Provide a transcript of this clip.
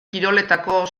kiroletako